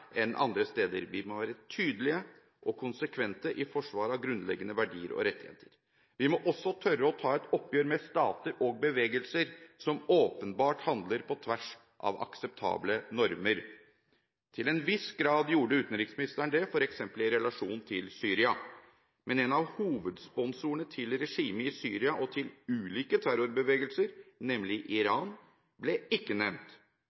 enn andre steder. Vi må være tydelige og konsekvente i forsvaret av grunnleggende verdier og rettigheter. Vi må også tørre å ta et oppgjør med stater og bevegelser som åpenbart handler på tvers av akseptable normer. Til en viss grad gjorde utenriksministeren det, f.eks. i relasjon til Syria. Men en av hovedsponsorene til regimet i Syria og til ulike terrorbevegelser, nemlig Iran, ble ikke nevnt.